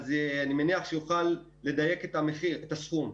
אני מניח שנוכל לדייק את הסכום.